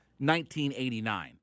1989